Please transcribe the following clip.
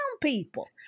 people